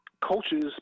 coaches